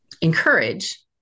encourage